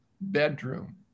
bedroom